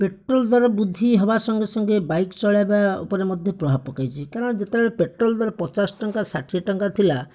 petrol ଦର ବୃଦ୍ଧି ହେବା ସଙ୍ଗେ ସଙ୍ଗେ ବାଇକ ଚଳାଇବା ଉପରେ ମଧ୍ୟ ପ୍ରଭାବ ପକାଇଛି କାରଣ ଯେତେବେଳେ ପେଟ୍ରୋଲ ଦର ପଚାଶ ଟଙ୍କା ଷାଠିଏ ଟଙ୍କା ଥିଲା